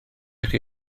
chi